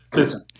Listen